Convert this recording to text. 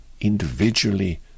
individually